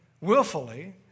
willfully